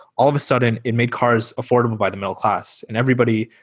all of a sudden, it made cars affordable by the middle class, and everybody,